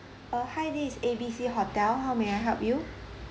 uh hi this is A B C hotel how may I help you